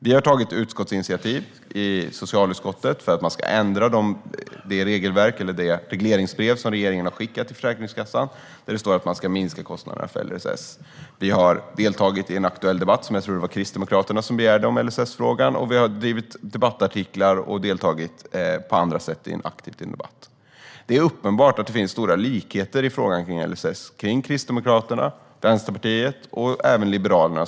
Vi har tagit utskottsinitiativ i socialutskottet för att man ska ändra det regleringsbrev som regeringen har skickat till Försäkringskassan där det står att man ska minska kostnaderna för LSS. Vi har deltagit i en aktuell debatt om LSS-frågan, som jag tror att det var Kristdemokraterna som begärde, och vi har skrivit debattartiklar och på andra sätt deltagit aktivt i debatten. Det är uppenbart att det finns stora likheter i vilken syn man har på LSS hos Kristdemokraterna, Vänsterpartiet och även Liberalerna.